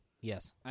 Yes